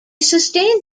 sustained